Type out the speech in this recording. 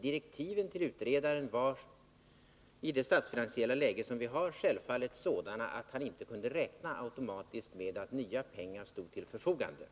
Direktiven till utredaren var, i det statsfinansiella läge som vi har, självfallet sådana att han inte kunde räkna med att nya pengar automatiskt stod till förfogande.